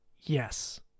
Yes